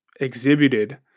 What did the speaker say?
exhibited